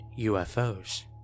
UFOs